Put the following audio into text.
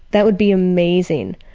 that would be amazing.